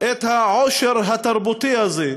את העושר התרבותי הזה,